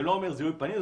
זה לא אומר זיהוי פנים,